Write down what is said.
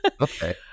Okay